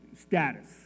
status